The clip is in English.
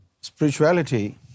Spirituality